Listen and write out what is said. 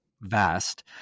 vast